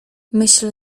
myśl